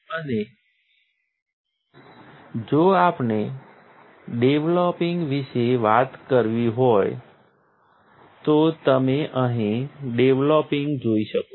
અને જો આપણે ડેવલોપિંગ વિશે વાત કરવી હોય તો તમે અહીં ડેવલોપિં જોઈ શકો છો